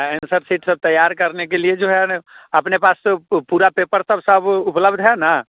answer sheet सब तैयार करने के लिए जो है ना अपने पास से पूरा पेपर सब उपलब्ध है ना